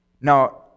Now